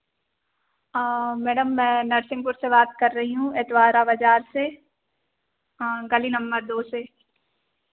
madam मैं नरसिंहपुर से बात कर रही हूँ एतवारा बाज़ार से हाँ गली नंबर दो से